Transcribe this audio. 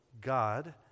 God